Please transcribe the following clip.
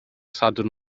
sadwrn